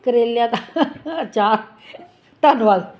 ਕਰੇਲਿਆਂ ਦਾ ਅਚਾਰ ਧੰਨਵਾਦ